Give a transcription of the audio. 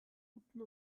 guten